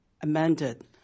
amended